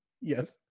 Yes